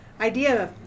idea